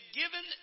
given